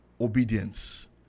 Obedience